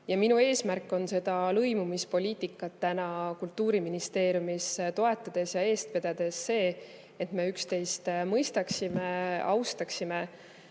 Minu eesmärk on lõimumispoliitikat Kultuuriministeeriumis toetades ja seda eest vedades see, et me üksteist mõistaksime ja austaksime.